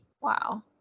wow